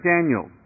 Daniel